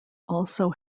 also